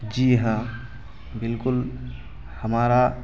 جی ہاں بالکل ہمارا